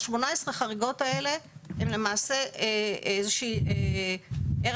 ה-18 חריגות האלה הן איזה שהוא ערך